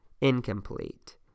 incomplete